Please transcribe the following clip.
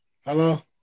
Hello